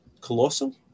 colossal